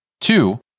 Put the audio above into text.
Two